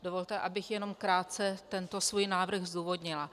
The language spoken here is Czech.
Dovolte, abych jenom krátce tento svůj návrh zdůvodnila.